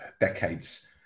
decades